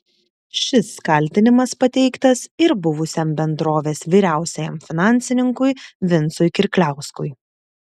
šis kaltinimas pateiktas ir buvusiam bendrovės vyriausiajam finansininkui vincui kirkliauskui